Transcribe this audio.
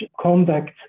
conduct